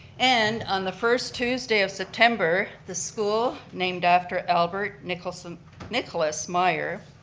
and on the first tuesday of september, the school named after albert nicholas um nicholas myer,